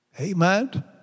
Amen